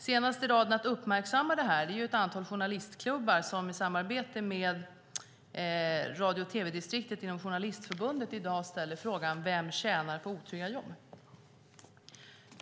Senast i raden att uppmärksamma detta är ett antal journalistklubbar som i samarbete med radio och tv-distriktet inom Journalistförbundet i dag ställer frågan: Vem tjänar på otrygga jobb?